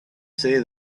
say